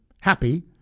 happy